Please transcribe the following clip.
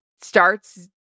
starts